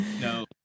No